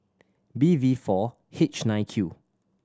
B V four H nine Q